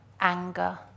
anger